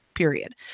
period